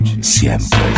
siempre